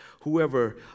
whoever